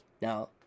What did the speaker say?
Now